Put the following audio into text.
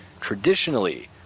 Traditionally